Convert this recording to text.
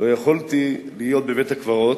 לא יכולתי להיות בבית-הקברות,